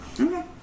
Okay